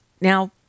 Now